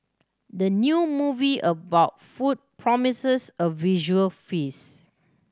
the new movie about food promises a visual